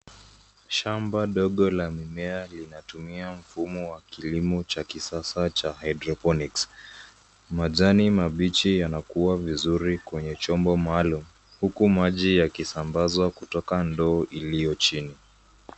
Shamba dogo la mimea linatumia mfumo wa kilimo cha kisasa cha hydroponics . Majani mabichi yanakua vizuri kwenye chombo maalum huku maji yakisambazwa kutoka ndoo iliyo chini.